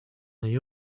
they